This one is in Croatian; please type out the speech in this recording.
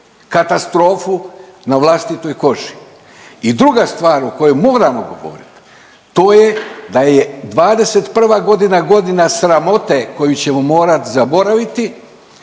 katastrofu na vlastitoj koži. I druga stvar o kojoj moramo govoriti to je da je '21. godina, godina sramote koju ćemo morati zaboraviti